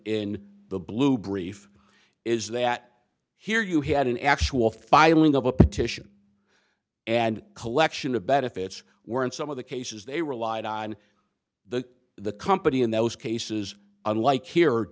in the blue brief is that here you had an actual filing of a petition and collection of benefits were in some of the cases they relied on the the company in those cases unlike here